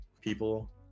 people